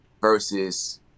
versus